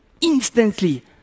instantly